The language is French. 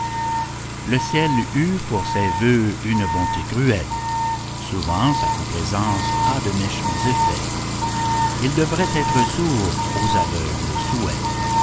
le ciel eut pour ces vœux une bonté cruelle souvent sa complaisance a de méchants effets il devrait être sourd aux aveugles souhaits